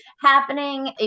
happening